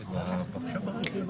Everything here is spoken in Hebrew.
שלא יהיה מצב, לא עכשיו ולא בעתיד,